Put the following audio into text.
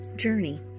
journey